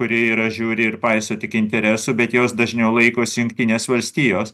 kuri yra žiauri ir paiso tik interesų bet jos dažniau laikosi jungtinės valstijos